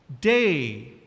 Day